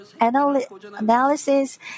analysis